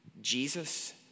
Jesus